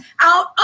out